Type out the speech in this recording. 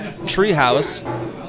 Treehouse